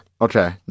Okay